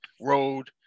Road